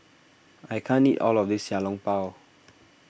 I can't eat all of this Xiao Long Bao